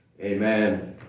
Amen